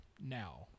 now